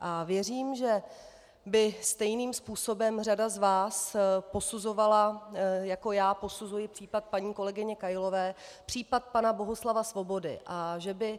A věřím, že by stejným způsobem řada z vás posuzovala, jako já posuzuji případ paní kolegyně Kailové, případ pana Bohuslava Svobody a že by